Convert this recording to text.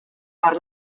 per